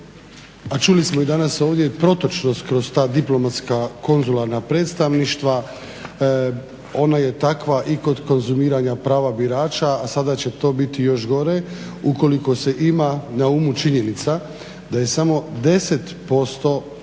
a čuli smo i danas ovdje, protočnost kroz ta diplomatska konzularna predstavništva ona je takva i kod konzumiranja prava birača, a sada će to biti još gore ukoliko se ima na umu činjenica da je samo 10% takve